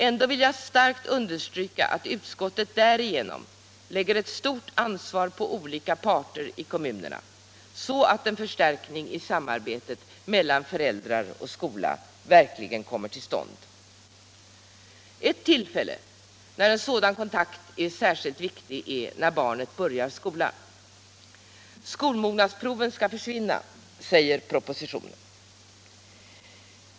Ändå vill jag starkt understryka att utskottet därigenom lägger ett stort ansvar på olika parter i kommunerna för att en förstärkning i samarbetet mellan föräldrar och skola verkligen kommer till stånd. Ett tillfälle då en sådan kontakt är särskilt viktig är när barnet börjar skolan. Skolmognadsproven skall försvinna, säger propositionen.